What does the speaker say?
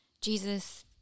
Jesus